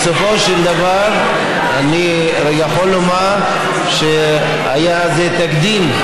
בסופו של דבר אני יכול לומר שזה היה תקדים,